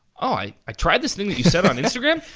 i i tried this thing that you said on instagram.